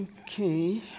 Okay